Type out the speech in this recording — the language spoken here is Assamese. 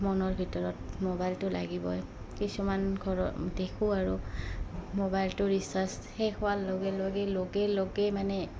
মনৰ ভিতৰত মোবাইলটো লাগিবই কিছুমান ঘৰৰ দেখোঁ আৰু মোবাইলটো ৰিচাৰ্জ শেষ হোৱাৰ লগে লগে লগে লগে মানে